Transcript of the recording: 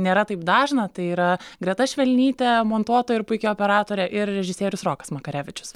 nėra taip dažna tai yra greta švelnytė montuotoja ir puiki operatorė ir režisierius rokas makarevičius